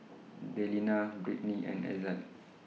Delina Brittnie and Ezzard